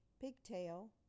Pigtail